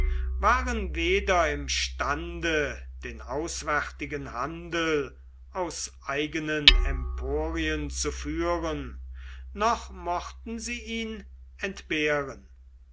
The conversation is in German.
waren weder imstande den auswärtigen handel aus eigenen emporien zu führen noch mochten sie ihn entbehren